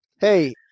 Hey